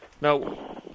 Now